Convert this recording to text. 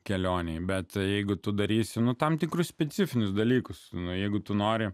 kelionėje bet jeigu tu darysi nu tam tikrus specifinius dalykus na jeigu tu nori